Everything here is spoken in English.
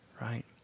right